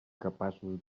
capaços